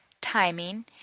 timing